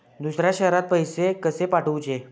दुसऱ्या शहरात पैसे कसे पाठवूचे?